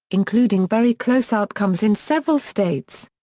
including very close outcomes in several states.